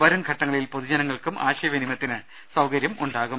വരും ഘട്ടങ്ങളിൽ പൊതുജനങ്ങൾക്കും ആശയവിനിയമത്തിന് സൌക രൃമുണ്ടാകും